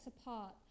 apart